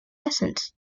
lessons